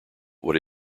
what